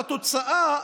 בתוצאה,